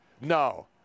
No